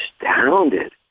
astounded